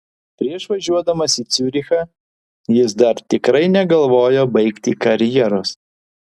prieš važiuodamas į ciurichą jis dar tikrai negalvojo baigti karjeros